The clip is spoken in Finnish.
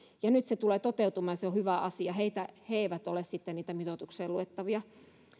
ja nyt se tulee toteutumaan ja se on hyvä asia he eivät ole sitten niitä mitoitukseen luettavia